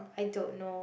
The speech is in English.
I don't know